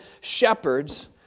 shepherds